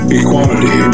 equality